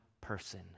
person